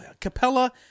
Capella